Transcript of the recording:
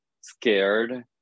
scared